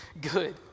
good